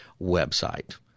website